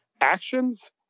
actions